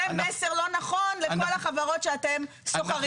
זה מסר לא נכון לכל החברות שאתם סוחרים איתם,